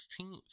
16th